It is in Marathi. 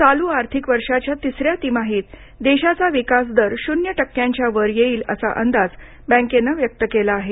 चालू आर्थिक वर्षाच्या तिसऱ्या तिमाहीत देशाचा विकास दर शून्य टक्क्यांच्या वर येईल असा अंदाज बँकेनं व्यक्त केला आहे